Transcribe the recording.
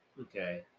Okay